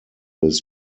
his